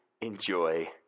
enjoy